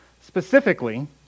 Specifically